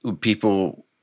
people